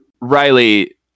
Riley